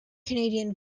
canadian